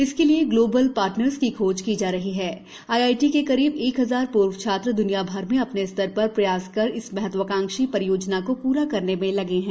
इसके लिए global partners की खोज की जा रही है आईआईटी के करीब एक हज़ार पूर्व छात्र द्निया भर में अपने स्तर पर प्रयास कर इस महत्वाकांक्षी परियोजना को पूरा करने में लगे है